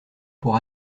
pour